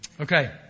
Okay